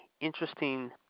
interesting